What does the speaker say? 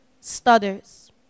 stutters